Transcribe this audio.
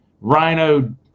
rhino